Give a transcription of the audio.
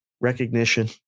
recognition